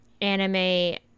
anime